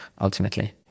ultimately